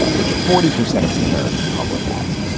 which forty percent of the american public has.